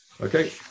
Okay